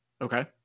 Okay